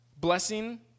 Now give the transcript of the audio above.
Blessing